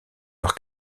leurs